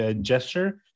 gesture